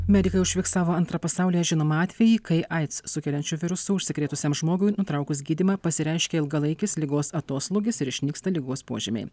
medikai užfiksavo antrą pasaulyje žinomą atvejį kai aids sukeliančiu virusu užsikrėtusiam žmogui nutraukus gydymą pasireiškia ilgalaikis ligos atoslūgis ir išnyksta ligos požymiai